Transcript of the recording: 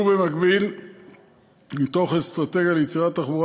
ובמקביל מתוך אסטרטגיה ליצירת תחבורה